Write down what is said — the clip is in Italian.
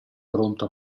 pronto